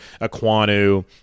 Aquanu